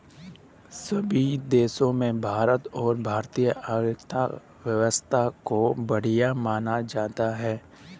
सभी देशों में भारत और भारतीय आर्थिक व्यवस्था को बढ़िया माना जाता है